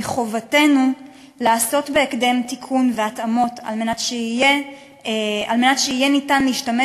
מחובתנו לעשות בהקדם תיקון והתאמות כדי שיהיה אפשר להשתמש